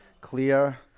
clear